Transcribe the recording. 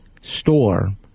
store